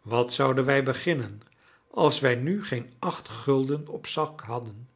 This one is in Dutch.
wat zouden wij beginnen als wij nu geen acht gulden op zak hadden